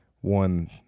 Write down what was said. one